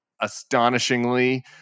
astonishingly